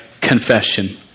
confession